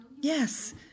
Yes